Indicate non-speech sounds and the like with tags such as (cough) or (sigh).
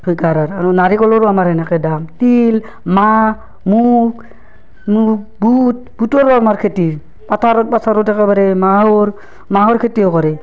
থৈকাৰা আৰু নাৰিকলৰো আমাৰ এনেকে দাম তিল মাহ মুগ মুগ বুট বুটৰো আমাৰ খেতি পথাৰত (unintelligible) একেবাৰে মাহৰ মাহৰ খেতিও কৰে